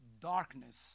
darkness